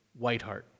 Whiteheart